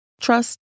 trust